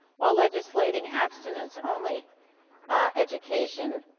while legislating abstinence-only education,